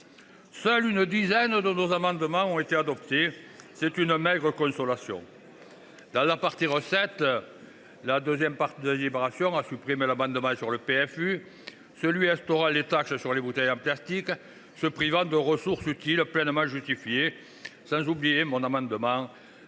Seule une dizaine de nos amendements ont été adoptés ; c’est une maigre consolation. Dans la partie recettes, la seconde délibération a supprimé l’amendement sur le PFU et celui qui visait à instaurer les taxes sur les bouteilles en plastique, nous privant de ressources utiles et pleinement justifiées, sans oublier mon amendement tendant